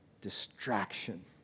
distraction